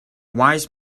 wise